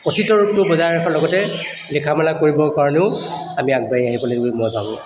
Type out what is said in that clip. কথিত ৰূপটো বজাই ৰখাৰ লগতে লিখা মেলা কৰিবৰ কাৰণেও আমি আগবাঢ়ি আহিব লাগিব বুলি মই ভাবোঁ